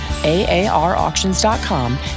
AARauctions.com